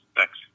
Thanks